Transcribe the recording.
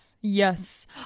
Yes